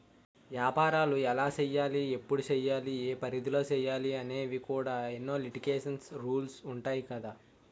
ఏపారాలు ఎలా సెయ్యాలి? ఎప్పుడు సెయ్యాలి? ఏ పరిధిలో సెయ్యాలి అనేవి కూడా ఎన్నో లిటికేషన్స్, రూల్సు ఉంటాయి కదా